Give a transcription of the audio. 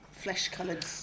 flesh-coloured